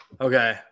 Okay